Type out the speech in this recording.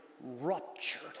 ruptured